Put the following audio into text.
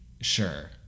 Sure